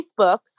Facebook